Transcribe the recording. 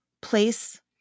place